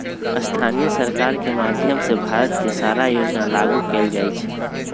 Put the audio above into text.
स्थानीय सरकार के माधयम से भारत के सारा योजना लागू कएल जाई छई